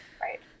right